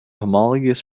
homologous